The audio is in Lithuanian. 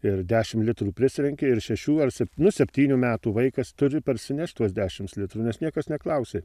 ir dešim litrų prisrenki ir šešių ar sep nu septynių metų vaikas turi parsinešt tuos dešims litrų nes niekas neklausė